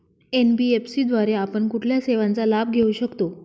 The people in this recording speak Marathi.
एन.बी.एफ.सी द्वारे आपण कुठल्या सेवांचा लाभ घेऊ शकतो?